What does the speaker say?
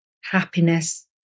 happiness